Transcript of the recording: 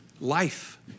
Life